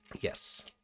Yes